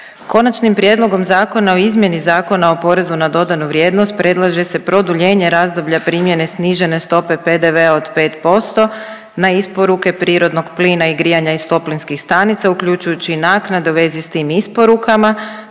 Konačnim prijedlogom zakona o izmjeni Zakona o porezu na dodanu vrijednost predlaže se produljenje razdoblja primjene snižene stope PDV-a od 5% na isporuke prirodnog plina i grijanja iz toplinskih stanica uključujući i naknade u vezi s tim isporukama